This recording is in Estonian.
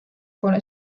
pole